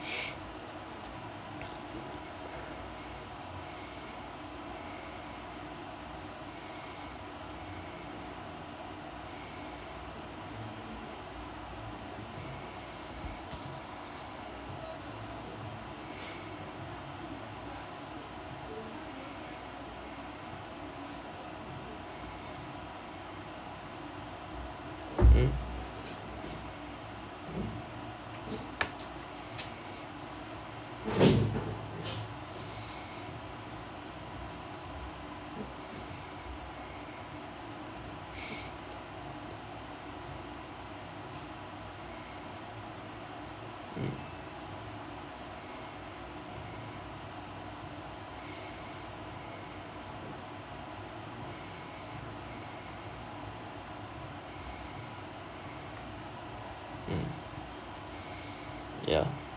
mm mm mm ya